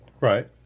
Right